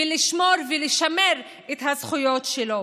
לשמור ולשמר את הזכויות שלו?